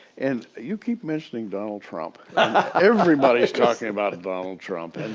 and ah you keep mentioning donald trump everybody's talking about donald trump. and